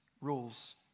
Rules